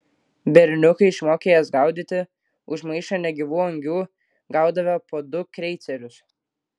berniukai išmokę jas gaudyti už maišą negyvų angių gaudavę po du kreicerius